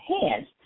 hands